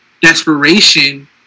desperation